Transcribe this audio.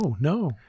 no